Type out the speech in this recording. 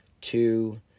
two